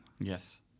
yes